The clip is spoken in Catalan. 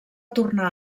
tornar